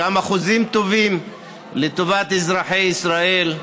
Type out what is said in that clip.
כמה חוזים טובים לטובת אזרחי ישראל,